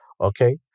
Okay